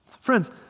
Friends